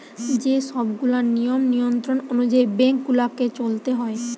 যে সব গুলা নিয়ম নিয়ন্ত্রণ অনুযায়ী বেঙ্ক গুলাকে চলতে হয়